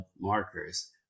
markers